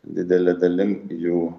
didele dalim jų